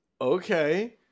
Okay